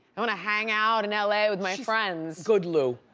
i wanna hang out in l a. with my friends. good, lu,